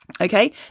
Okay